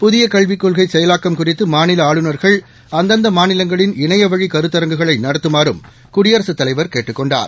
புதிய கல்விக் கொள்கை செயலாக்கம் குறித்து மாநில ஆளுநர்கள் அந்தந்த மாநிலங்களில் இணையவழி கருத்தரங்குகளை நடத்தமாறும் குடியரசுத் தலைவர் கேட்டுக் கொண்டார்